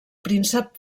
príncep